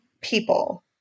people